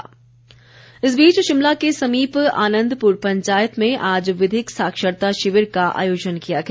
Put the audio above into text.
विधिक साक्षरता इस बीच शिमला के समीप आनन्दपुर पंचायत में आज विधिक साक्षरता शिविर का आयोजन किया गया